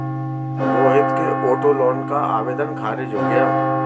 रोहित के auto loan का आवेदन खारिज हो गया